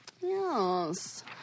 Yes